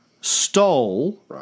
stole